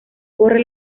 corre